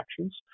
actions